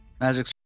Magic